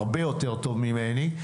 הרבה יותר טוב ממני,